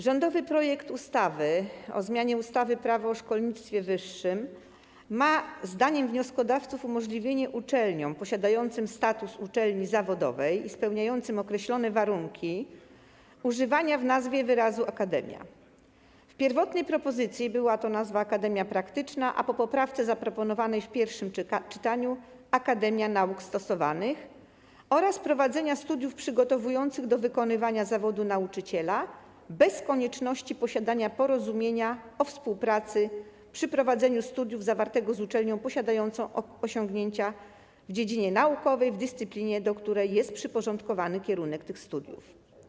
Rządowy projekt ustawy o zmianie ustawy - Prawo o szkolnictwie wyższym ma, zdaniem wnioskodawców, umożliwić uczelniom posiadającym status uczelni zawodowej i spełniającym określone warunki używanie w nazwie wyrazu „akademia” - w pierwotnej propozycji była to nazwa „akademia praktyczna”, a po poprawce zaproponowanej w pierwszym czytaniu „akademia nauk stosowanych” - oraz prowadzenie studiów przygotowujących do wykonywania zawodu nauczyciela bez konieczności posiadania porozumienia o współpracy przy prowadzeniu studiów zawartego z uczelnią posiadającą osiągnięcia w dziedzinie naukowej w dyscyplinie, do której jest przyporządkowany kierunek tych studiów.